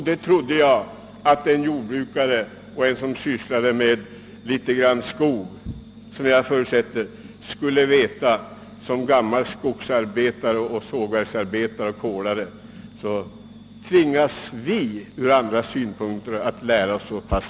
Det trodde jag att en jordbrukare, som jag förutsätter också sysslar litet med skogsfrågor kände till när jag som gammal skogsarbetare, sågverksarbetare och kolare, kände till dem. Det har vi andra inom industrin fått lära oss.